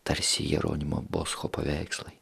tarsi jeronimo boscho paveikslai